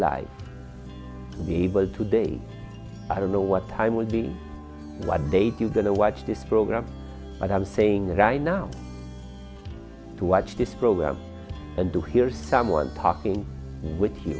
life be able to date i don't know what time would be like date you going to watch this program but i'm saying that i now to watch this program and to hear someone talking with you